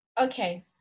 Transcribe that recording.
Okay